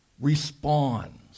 responds